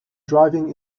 driving